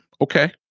Okay